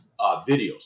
videos